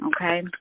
Okay